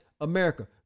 America